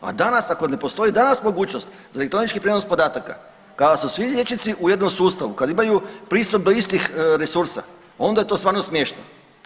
A danas ako ne postoji, danas mogućnost za elektronički prijenos podataka kada su svi liječnici u jednom sustavu, kad imaju pristup do istih resursa onda je to stvarno smiješno.